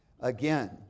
again